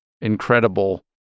incredible